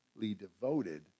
devoted